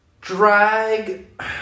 drag